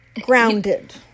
grounded